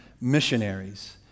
missionaries